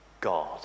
God